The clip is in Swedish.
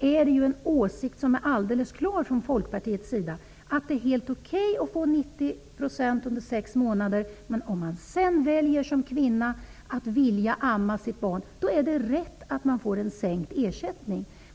är det en åsikt från Folkpartiets sida som är alldeles klar, nämligen att det är helt okej att få 90 % under sex månader. Men om man sedan såsom kvinna väljer att amma sitt barn, är det riktigt att man får sänkt ersättning.